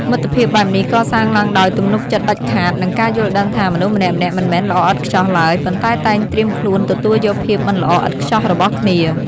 មិត្តភាពបែបនេះ កសាងឡើងដោយ ទំនុកចិត្តដាច់ខាត និងការយល់ដឹងថា មនុស្សម្នាក់ៗមិនមែនល្អឥតខ្ចោះឡើយ ប៉ុន្តែតែងត្រៀមខ្លួនទទួលយកភាពមិនល្អឥតខ្ចោះរបស់គ្នា។